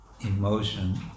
emotion